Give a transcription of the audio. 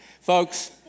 Folks